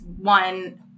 one